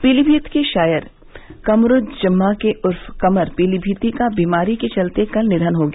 पीलीभीत के शायर कमरुज्जमा उर्फ कमर पीलीभीती का बीमारी के चलते कल निधन हो गया